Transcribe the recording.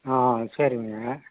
ஆ சரிங்க